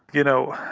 you know,